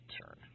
turn